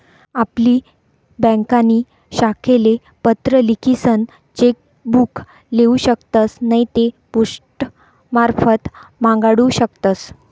आपली ब्यांकनी शाखाले पत्र लिखीसन चेक बुक लेऊ शकतस नैते पोस्टमारफत मांगाडू शकतस